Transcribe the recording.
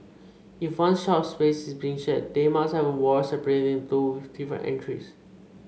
if one shop space is being shared they must have a wall separating the two with different entries